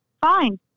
fine